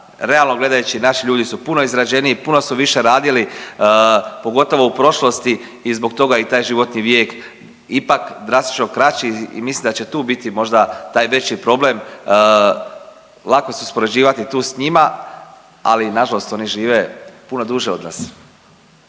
Realno gledajući naši ljudi su puno izrađeniji, puno su više radili pogotovo u prošlosti i zbog toga i taj životni vijek ipak drastično kraći i mislim da će tu biti možda taj već problem. Lako se uspoređivati tu s njima, ali nažalost oni žive puno duže od nas